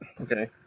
Okay